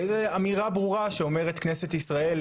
וזה אמירה ברורה שאומרת כנסת ישראל.